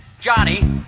Johnny